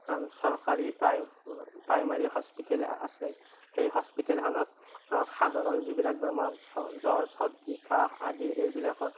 এখন চৰকাৰী প্ৰাই প্ৰাইমাৰী হস্পিতেল আছে সেই হস্পিতেলখনত সাধাৰণ যিবিলাক বেমাৰ জ্বৰ চৰ্দি কাঁহ আদি এইবিলাকৰ